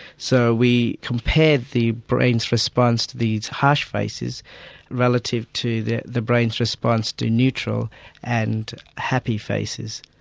so we compared the brain's response to these harsh faces relative to the the brain's response to neutral and happy faces.